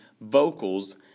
vocals